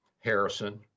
Harrison